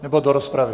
Nebo do rozpravy?